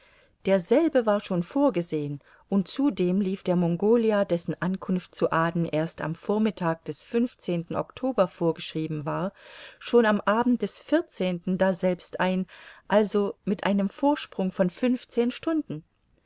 derselbe war schon vorgesehen und zudem lief der mongolia dessen ankunft zu aden erst am vormittag des oktober vorgeschrieben war schon am abend des daselbst ein also mit einem vorsprung von fünfzehn stunden